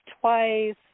twice